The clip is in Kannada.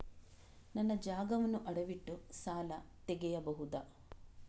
ನನ್ನ ಜಾಗವನ್ನು ಅಡವಿಟ್ಟು ಸಾಲ ತೆಗೆಯಬಹುದ?